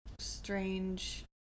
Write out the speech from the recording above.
strange